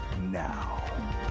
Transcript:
now